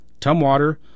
Tumwater